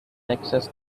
access